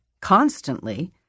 constantly